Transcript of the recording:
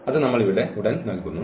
അത് നമ്മൾ എവിടെ ഉടൻ നൽകുന്നു